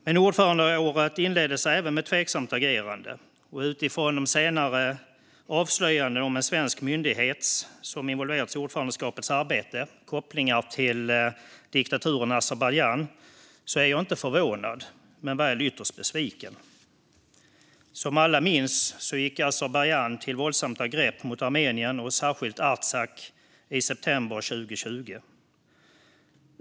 Men ordförandeåret inleddes även med tveksamt agerande, och utifrån de senare avslöjandena om kopplingar mellan en svensk myndighet som involverats i ordförandeskapets arbete och diktaturen Azerbajdzjan är jag inte förvånad, men väl ytterst besviken. Som alla minns gick Azerbajdzjan till våldsamt angrepp mot Armenien, och särskilt Artsach, i september 2020.